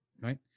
right